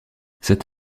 cet